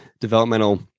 developmental